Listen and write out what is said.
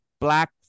Black